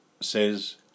says